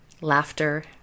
laughter